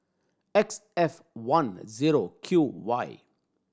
X F one zero Q Y